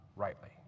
rightly